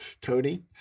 Tony